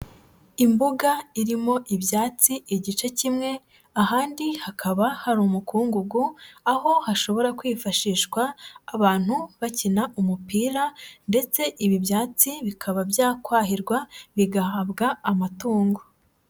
Imbuga irimo ibyatsi igice kimwe ahandi hakaba hari umukungugu, aho hashobora kwifashishwa abantu bakina umupira ndetse ibi byatsi bikaba byakwahirwa bigahabwa amatungo.